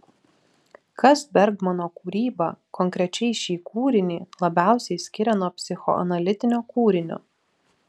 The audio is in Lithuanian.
kas bergmano kūrybą konkrečiai šį kūrinį labiausiai skiria nuo psichoanalitinio kūrinio